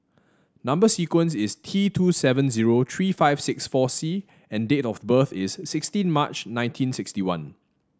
number sequence is T two seven zero three five six four C and date of birth is sixteen March nineteen sixty one